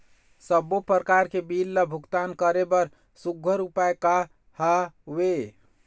सबों प्रकार के बिल ला भुगतान करे बर सुघ्घर उपाय का हा वे?